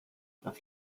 das